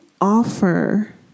Offer